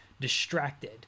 distracted